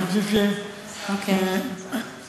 אני חושב שאני מקבל.